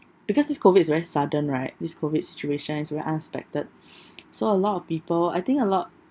because this COVID is very sudden right this COVID situation is very unexpected so a lot of people I think a lot